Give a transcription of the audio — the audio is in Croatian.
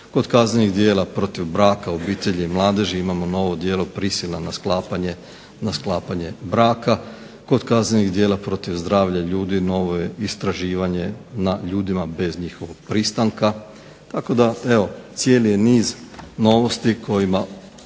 Kod kaznenih djela protiv braka, obitelji i mladeži imamo novo djelo prisila na sklapanje braka. Kod kaznenih djela protiv zdravlja ljudi novo je istraživanje na ljudima bez njihovog pristanka. Tako da evo cijeli je niz novosti kojima